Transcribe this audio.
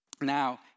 Now